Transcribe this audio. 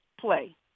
play